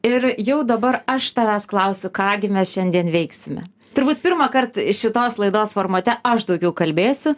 ir jau dabar aš tavęs klausiu ką gi mes šiandien veiksime turbūt pirmąkart šitos laidos formate aš daugiau kalbėsiu